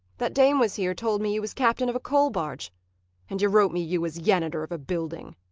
that dame was here told me you was captain of a coal barge and you wrote me you was yanitor of a building!